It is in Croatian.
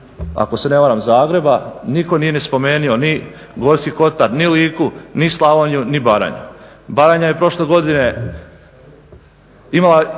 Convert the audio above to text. ako se ne varam Zagreba, nitko nije ni spomenuo ni Gorski kotar ni Liku, ni Slavoniju ni Baranju. Baranja je prošle godine imala